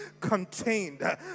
contained